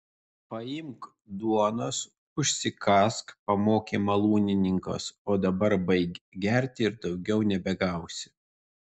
paimk duonos užsikąsk pamokė malūnininkas o dabar baik gerti ir daugiau nebegausi